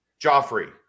Joffrey